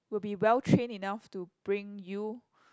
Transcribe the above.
will be well train enough to bring you